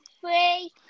Three